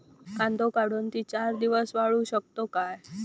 कांदो काढुन ती चार दिवस वाळऊ शकतव काय?